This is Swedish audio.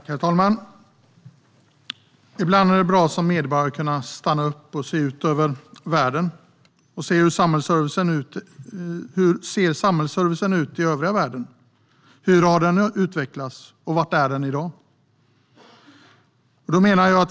Herr talman! Ibland är det bra att som medborgare kunna stanna upp och se ut över världen. Hur ser samhällsservicen ut i övriga världen? Hur har den utvecklats, och var är den i dag?